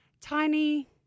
tiny